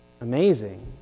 amazing